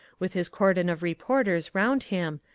with his cordon of reporters round him,